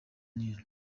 nil